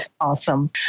Awesome